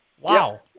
wow